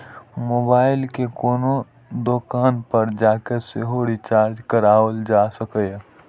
mobile कें कोनो दोकान पर जाके सेहो रिचार्ज कराएल जा सकैए